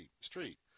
street